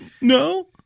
No